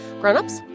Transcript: Grownups